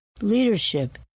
leadership